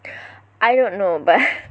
I don't know but